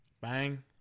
Bang